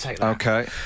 Okay